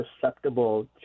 susceptible